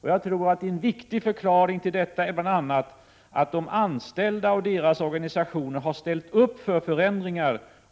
Jag tror att en betydelsefull förklaring är bl.a. att de anställda och deras organisationer har ställt upp för förändringar.